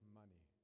money